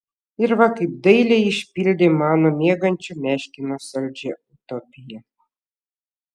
ir va kaip dailiai išpildė mano miegančio meškino saldžią utopiją